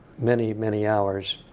many, many hours